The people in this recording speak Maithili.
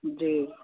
जी